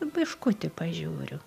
biškutį pažiūriu